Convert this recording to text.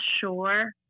sure